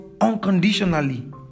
unconditionally